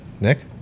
Nick